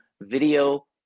video